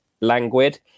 languid